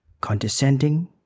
Condescending